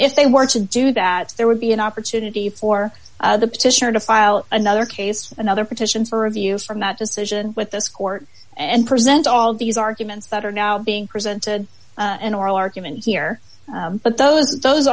if they were to do that there would be an opportunity for the petitioner to file another case another petition for review from that decision with this court and present all these arguments that are now being presented an oral argument here but those those